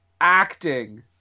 acting